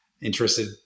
interested